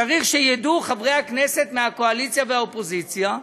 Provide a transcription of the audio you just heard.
צריך שידעו חברי הכנסת מהקואליציה והאופוזיציה: